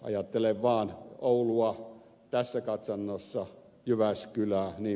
ajattelen vaan oulua tässä katsannossa jyväskylää jnp